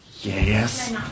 Yes